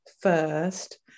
first